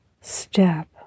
step